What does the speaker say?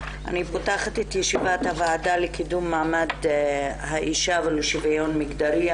אני פותחת את ישיבת הוועדה לקידום מעמד האישה ולשוויון מגדרי.